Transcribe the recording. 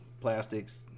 plastics